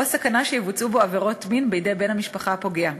או סכנה שיבוצעו בו עבירות מין בידי בן המשפחה הפוגע.